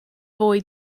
fwy